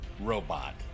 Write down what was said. robot